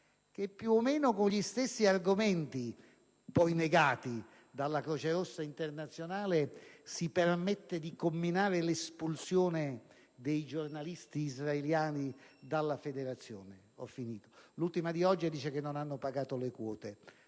che, più o meno con gli stessi argomenti poi negati dalla Croce Rossa internazionale, si permette di comminare l'espulsione dei giornalisti israeliani dalla Federazione. L'ultima notizia, di oggi, riporta che non hanno pagato le quote;